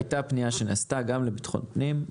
נעשתה פנייה גם למשרד לביטחון פנים,